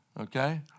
okay